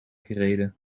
gereden